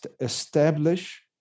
establish